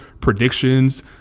predictions